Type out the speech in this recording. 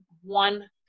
one